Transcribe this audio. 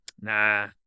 Nah